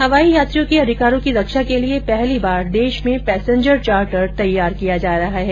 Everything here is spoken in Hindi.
हवाई यात्रियों के अधिकारों की रक्षा के लिए पहली बार देश में पैसेंजर चार्टर तैयार किया जा रहा है